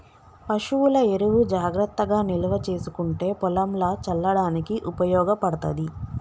పశువుల ఎరువు జాగ్రత్తగా నిల్వ చేసుకుంటే పొలంల చల్లడానికి ఉపయోగపడ్తది